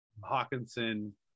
Hawkinson